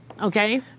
Okay